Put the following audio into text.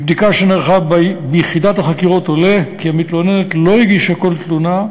מבדיקה שנערכה ביחידת החקירות עולה כי המתלוננת לא הגישה כל תלונה,